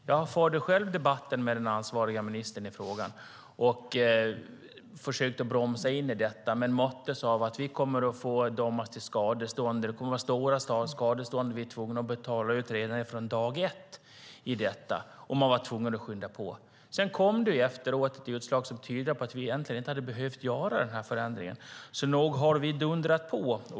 Jag förde själv debatten med den ansvariga ministern i frågan och försökte bromsa in i detta men möttes av att vi kommer att dömas till skadestånd och tvingas att betala stora skadestånd redan från dag ett. Man var därför tvungen att skynda på. Efteråt kom det ett utslag som tydde på att vi egentligen inte hade behövt göra den här förändringen. Så nog har vi dundrat på.